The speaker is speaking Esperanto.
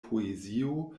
poezio